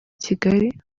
kigali